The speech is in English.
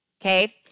okay